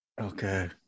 Okay